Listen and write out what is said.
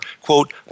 quote